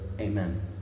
Amen